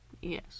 yes